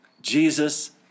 Jesus